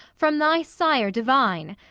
from thy sire divine?